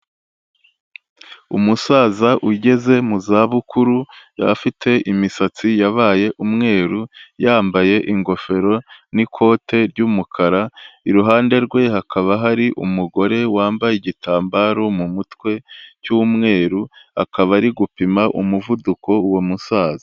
Umusaza ugeze mu zabukuru, afite imisatsi yabaye umweru, yambaye ingofero n'ikote ry'umukara, iruhande rwe hakaba hari umugore wambaye igitambaro mu mutwe cy'umweru, akaba ari gupima umuvuduko uwo musaza.